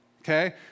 Okay